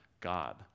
God